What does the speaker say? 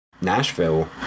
Nashville